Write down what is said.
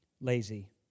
lazy